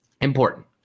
Important